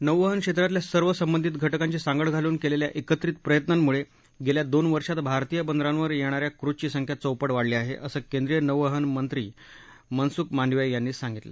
नौवहन क्षेत्रातल्या सर्व संबंधित घटकांची सांगड घालून केलेल्या एकत्रित प्रयत्नांमुळे गेल्या दोन वर्षात भारतीय बदरावर येणा या क्रूझची संख्या चौपट वाढली आहे असं केंद्रीय नौवहनमंत्री मनसुख मांडवीय यांनी सांगितलं